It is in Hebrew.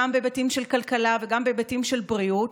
גם בהיבטים של כלכלה וגם בהיבטים של בריאות,